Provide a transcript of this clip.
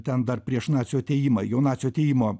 ten dar prieš nacių atėjimą jau nacių atėjimo